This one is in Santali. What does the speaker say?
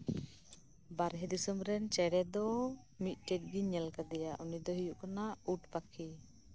ᱵᱟᱦᱨᱮ ᱫᱤᱥᱚᱢ ᱨᱮᱱ ᱪᱮᱬᱮ ᱫᱚ ᱢᱤᱫᱴᱮᱡ ᱜᱤᱧ ᱧᱮᱞ ᱠᱟᱫᱮᱭᱟ ᱩᱱᱤ ᱫᱚᱭ ᱦᱩᱭᱩᱜ ᱠᱟᱱᱟ ᱩᱴ ᱪᱮᱬᱮ